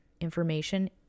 information